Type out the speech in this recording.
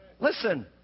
Listen